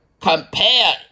compare